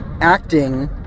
acting